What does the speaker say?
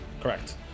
Correct